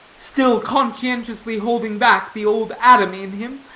still conscientiously holding back the old adam in him,